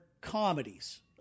comedies